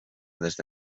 desde